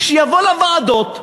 שיבוא לוועדות,